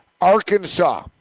Arkansas